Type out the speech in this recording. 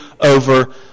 over